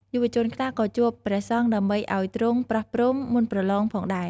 យុវជនខ្លះក៏ជួបព្រះសង្ឃ ដើម្បីឱ្យទ្រង់ប្រោះព្រំ មុនប្រលងផងដែរ។